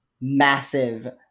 massive